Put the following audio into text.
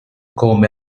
come